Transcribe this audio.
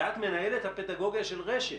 ואת מנהלת הפדגוגיה של רשת.